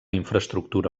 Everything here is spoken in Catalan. infraestructura